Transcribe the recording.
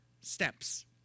steps